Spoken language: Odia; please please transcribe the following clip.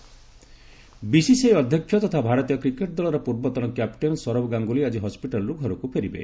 ସୌରଭ ଗାଙ୍ଗୁଲି ବିସିସିଆଇ ଅଧ୍ୟକ୍ଷ ତଥା ଭାରତୀୟ କ୍ରିକେଟ୍ ଦଳର ପୂର୍ବତନ କ୍ୟାପଟେନ୍ ସୌରଭ ଗାଙ୍ଗୁଲି ଆଜି ହସ୍କିଟାଲ୍ରୁ ଘରକୁ ଫେରିବେ